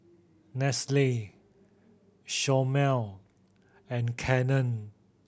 Nestle Chomel and Canon